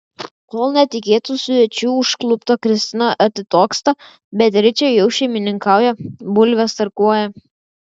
kol netikėtų svečių užklupta kristina atitoksta beatričė jau šeimininkauja bulves tarkuoja